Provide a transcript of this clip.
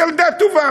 היא ילדה טובה,